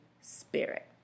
spirit